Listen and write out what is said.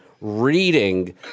reading